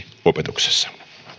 opetuksessa